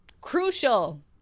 crucial